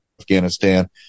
Afghanistan